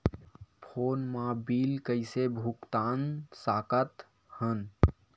Phone मा bill कइसे भुक्तान साकत हन?